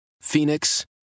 Phoenix